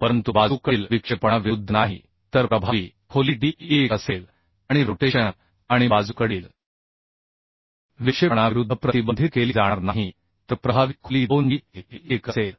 परंतु लॅटरल विक्षेपणाविरूद्ध नाही तर प्रभावी खोली d1 असेल आणि रोटेशन आणि लॅटरल विक्षेपणाविरूद्ध प्रतिबंधित केली जाणार नाही तर प्रभावी खोली 2d1 असेल